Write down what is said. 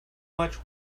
much